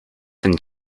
than